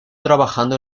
trabajando